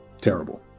terrible